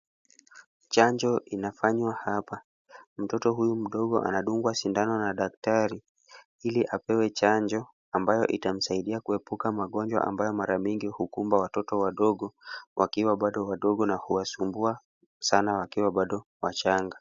Chanjo inafanywa hapa. Mtoto huyu mdogo anadungwa sindano na daktari ili apewe chanjo ambayo itamsaidia kuepuka magonjwa ambayo mara nyingi hukumba watoto wadogo wakiwa bado wadogo na huwasumbua wakiwa bado wadogo.